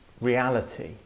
reality